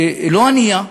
לא ענייה,